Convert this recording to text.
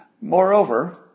Moreover